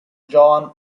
johann